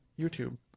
YouTube